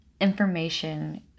information